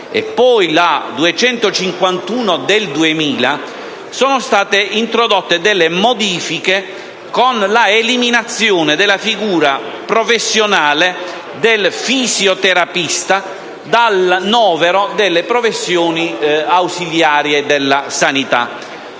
legge n. 251 del 2000, sono state introdotte alcune modifiche che hanno comportato l’eliminazione della figura professionale del fisioterapista dal novero delle professioni ausiliarie della sanita.